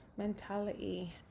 mentality